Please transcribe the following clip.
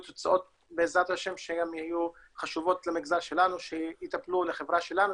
תוצאות בעזרת ה' שהן יהיו חשובות למגזר שלנו שיטפלו בחברה שלנו,